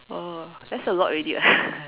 oh that's a lot already eh